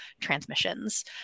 transmissions